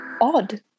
odd